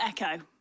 Echo